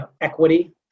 equity